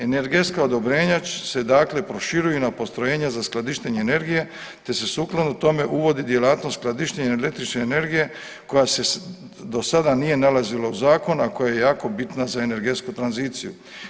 Energetska odobrenja se dakle proširuju i na postrojenja za skladištenje energije te se sukladno tome uvodi djelatnost skladištenja električne energije koja se do sada nije nalazila u Zakonu, a koji je jako bitna za energetsku tranziciju.